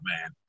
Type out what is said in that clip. man